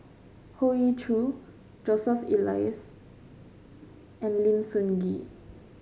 Hoey Choo Joseph Elias and Lim Sun Gee